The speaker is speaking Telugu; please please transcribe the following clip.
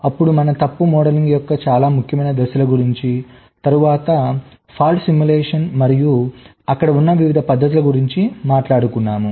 అప్పుడు మనము తప్పు మోడలింగ్ యొక్క చాలా ముఖ్యమైన దశల గురించితరువాత తప్పు అనుకరణ మరియు అక్కడ ఉన్న వివిధ పద్ధతుల గురించి మాట్లాడుకున్నాము